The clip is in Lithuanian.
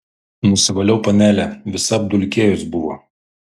nusivaliau panelę visa apdulkėjus buvo